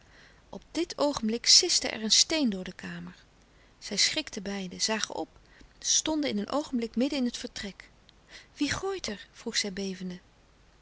op dit oogenblik siste er een steen door de kamer zij schrikten beiden zagen op stonden in een oogenblik midden in het vertrek wie gooit er vroeg zij bevende